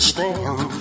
stand